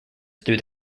through